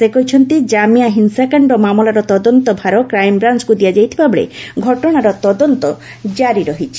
ସେ କହିଛନ୍ତି ଜାମିଆ ହିଂସାକାଣ୍ଡ ମାମଲାର ତଦନ୍ତ ଭାର କ୍ରାଇମବ୍ରାଞ୍ଚକୁ ଦିଆଯାଇଥିବାବେଳେ ଘଟଣାର ତଦନ୍ତ ଜାରି ରହିଛି